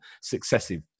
successive